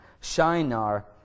Shinar